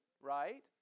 right